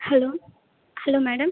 hello hello madam